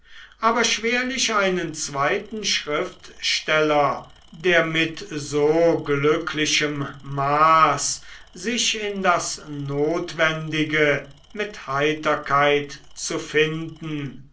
aber schwerlich einen zweiten schriftsteller der mit so glücklichem maß sich in das notwendige mit heiterkeit zu finden